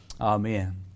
Amen